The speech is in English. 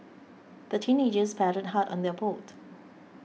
the teenagers paddled hard on their boat